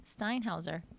Steinhauser